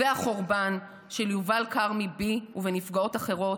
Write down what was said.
והחורבן של יובל כרמי בי ובנפגעות אחרות,